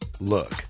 Look